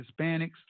Hispanics